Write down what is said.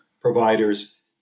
providers